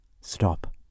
STOP